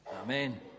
Amen